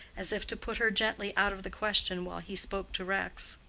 as if to put her gently out of the question while he spoke to rex.